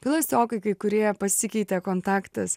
klasiokai kai kurie pasikeitė kontaktas